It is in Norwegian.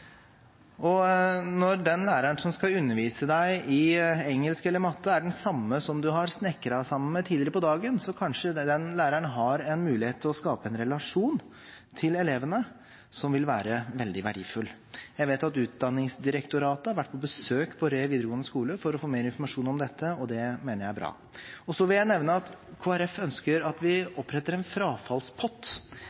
Når læreren som skal undervise deg i engelsk eller matematikk, er den samme som du har snekret sammen med tidligere på dagen, har kanskje denne læreren en mulighet til å skape en veldig verdifull relasjon med elevene. Jeg vet at Utdanningsdirektoratet har vært på besøk på Re videregående skole for å få mer informasjon om dette. Det mener jeg er bra. Jeg vil nevne at Kristelig Folkeparti ønsker at vi oppretter en frafallspott